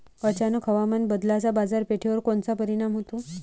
अचानक हवामान बदलाचा बाजारपेठेवर कोनचा परिणाम होतो?